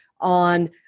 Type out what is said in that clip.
on